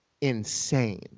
insane